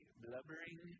blubbering